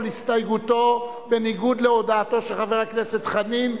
הסתייגותו בניגוד להודעתו של חבר הכנסת חנין?